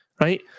right